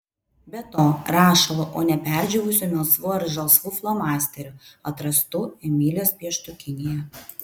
be to rašalu o ne perdžiūvusiu melsvu ar žalsvu flomasteriu atrastu emilės pieštukinėje